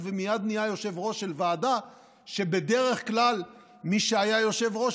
ומייד נהיה יושב-ראש ועדה שבדרך כלל מי שהיה יושב-ראש